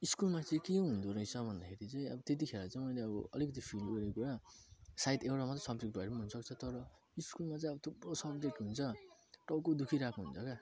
स्कुलमा चाहिँ के हुँदोरहेछ भन्दाखेरि चाहिँ अब त्यतिखेर चाहिँ मैले अब अलिकति फिल गरेँ क्या सायद एउटा मात्रै सब्जेक्ट भएर नि हुनुसक्छ तर स्कुलमा चाहिँ अब थुप्रो सब्जेक्ट हुन्छ टाउको दुखिरहेको हुन्छ क्या